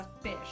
fish